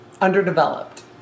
Underdeveloped